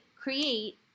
create